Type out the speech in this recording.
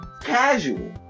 casual